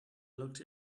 looked